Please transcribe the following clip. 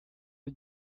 the